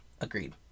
Agreed